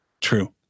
true